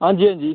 हांजी हांजी